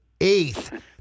eighth